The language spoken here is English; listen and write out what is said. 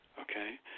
Okay